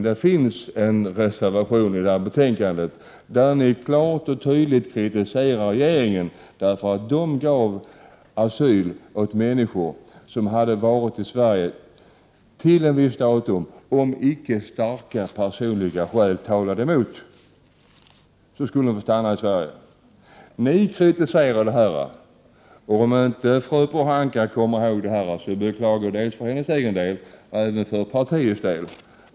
Det finns i betänkandet en reservation där ni klart och tydligt kritiserar regeringen för att man enbart har givit asyl åt människor som har kommit till Sverige före ett visst datum, om icke starka personliga skäl talade emot att de skulle få stanna i Sverige. Om inte fru Pohanka kommer ihåg detta beklagar jag det dels för hennes egen del, dels för partiets del.